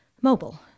mobile